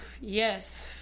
Yes